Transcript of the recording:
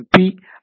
B I